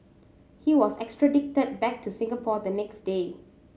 he was extradited back to Singapore the next day